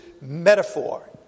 metaphor